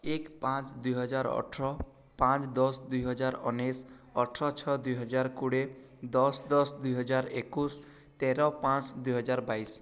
ଏକ ପାଞ୍ଚ ଦୁଇହଜାର ଅଠର ପାଞ୍ଚ ଦଶ ଦୁଇହଜାର ଉଣେଇଶ ଅଠର ଛଅ ଦୁଇହଜାର କୋଡ଼ିଏ ଦଶ ଦଶ ଦୁଇହଜାର ଏକୋଇଶ ତେର ପାଞ୍ଚ ଦୁଇହଜାର ବାଇଶ